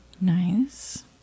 nice